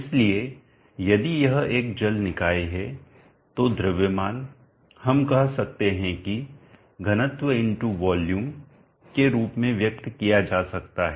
इसलिए यदि यह एक जल निकाय है तो द्रव्यमान हम कह सकते हैं कि घनत्व वॉल्यूमvolume आयतन के रूप में व्यक्त किया जा सकता है